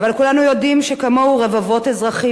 אבל כולנו יודעים שכמוהו רבבות אזרחים